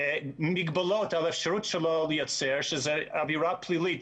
מגבלות על האפשרות שלו לייצר, כשזו עבירה פלילית